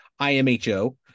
IMHO